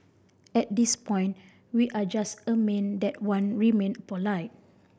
at this point we are just that Wan remained polite